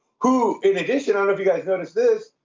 who in addition, i don't know if you guys noticed this,